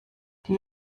die